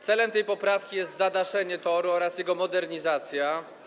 Celem tej poprawki jest zadaszenie toru oraz jego modernizacja.